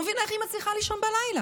אני לא מבינה איך היא מצליחה לישון בלילה.